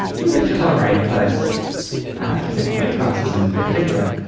u of h was all right, but the computer classes in particular,